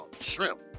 shrimp